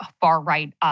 far-right